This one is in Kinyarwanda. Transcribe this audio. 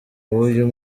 w’uyu